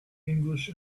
english